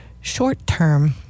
short-term